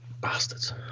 Bastards